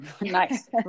Nice